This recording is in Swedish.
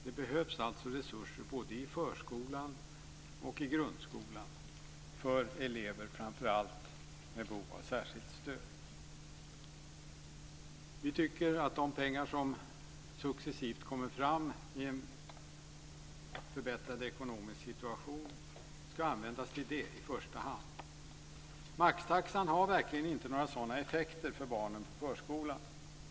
Det behövs alltså resurser både i förskolan och i grundskolan för framför allt elever med behov av särskilt stöd. Vi tycker att de pengar som successivt tillkommer i en förbättrad ekonomisk situation ska användas till detta i första hand. Maxtaxan har verkligen inte några sådana effekter för barnen i förskolan.